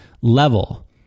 level